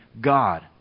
God